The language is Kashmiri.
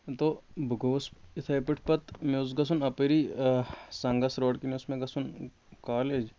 تو بہٕ گوٚوُس یِتھَے پٲٹھۍ پَتہٕ مےٚ اوس گژھُن اَپٲری سنٛگَس روڈ کِنۍ اوس مےٚ گژھُن کالیج